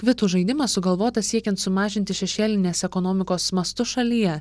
kvitų žaidimas sugalvotas siekiant sumažinti šešėlinės ekonomikos mastus šalyje